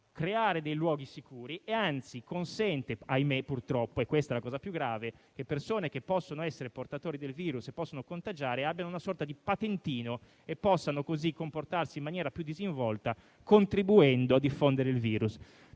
creare luoghi sicuri; anzi, consente, ahimè, purtroppo - questo è l'aspetto più grave - che persone che possono essere portatori del virus e potenzialmente contagiose abbiano una sorta di patentino e possano così comportarsi in maniera più disinvolta, contribuendo a diffondere il virus.